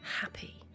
happy